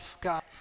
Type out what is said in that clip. God